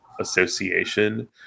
association